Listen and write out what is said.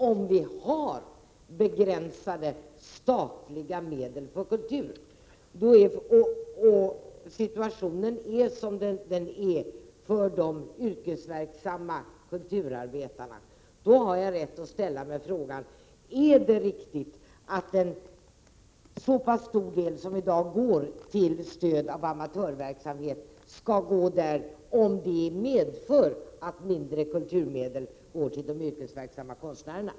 Om vi har begränsade statliga medel för kultur och situationen är som den är för de yrkesverksamma kulturarbetarna, då har jag rätt att ställa frågan: Är det riktigt att ge en så passsstor del som vi gör i dag till stöd för amatörverksamheten, om det medför att det blir mindre kvar till stöd åt de yrkesverksamma konstnärerna?